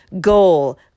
goal